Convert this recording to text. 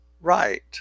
right